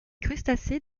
crustacés